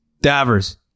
Davers